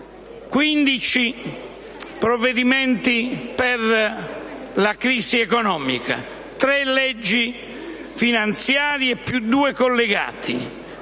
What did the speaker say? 15 provvedimenti per la crisi economica; 3 leggi finanziarie, più 2 collegati;